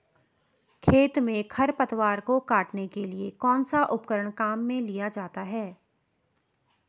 खेत में खरपतवार को काटने के लिए कौनसा उपकरण काम में लिया जाता है?